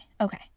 Okay